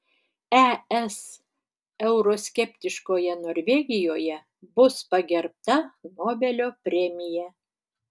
es euroskeptiškoje norvegijoje bus pagerbta nobelio premija